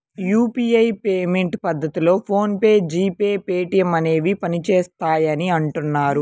UPI payment పద్ధతిలో PhonePe, G Pay, Paytm అనేవి పనిచేస్తాయని అంటున్నారు